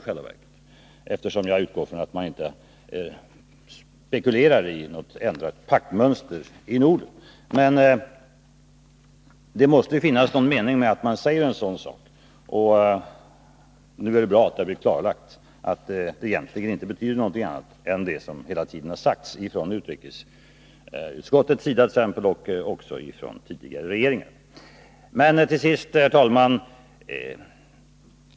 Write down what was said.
Jag utgår från att man inte spekulerar i något ändrat paktmönster i Norden. Men det måste finnas någon mening med att man säger en sådan här sak, och det är bra att det nu har blivit klarlagt att det egentligen inte betyder någonting annat än det som hela tiden har sagts från t.ex. utrikesutskottets sida och tidigare regeringar. Till sist, herr talman!